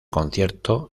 concierto